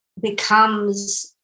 becomes